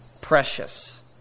precious